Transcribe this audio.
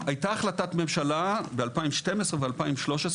הייתה החלטת ממשלה ב-2012 ו-2013,